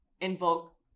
invoke